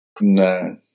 No